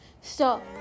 Stop